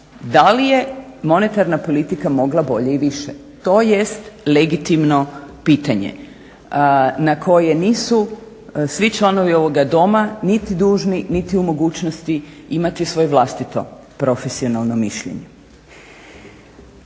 da li je monetarna politika mogla bolje i više, tj. legitimno pitanje na koje nisu svi članovi ovog doma nit dužni niti u mogućnosti imati svoje vlastito profesionalno mišljenje.